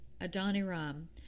Adoniram